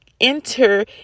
enter